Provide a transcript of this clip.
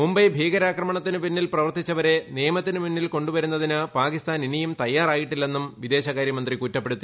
മുംബൈ ഭീകരാക്രമണത്തിന് പിന്നിൽ പ്രവർത്തിച്ചവരെ നിയമത്തിന് മുന്നിൽ കൊണ്ടുവരുന്നതിന് പാകിസ്ഥാൻ ഇനിയും തയ്യാറായിട്ടില്ലെന്നും വിദേശകാരൃമന്ത്രി കുറ്റപ്പെടുത്തി